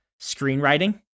screenwriting